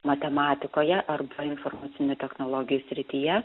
matematikoje arba informacinių technologijų srityje